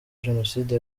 jenoside